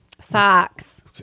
Socks